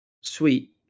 Sweet